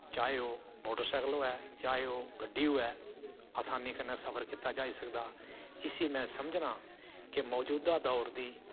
चाहे ओह् motorcycle होऐ चाहे ओह् गड्डी होऐ असानी कन्नै सफर कीता जाई सकदा इसी में समझना कि मजूदा दौर दी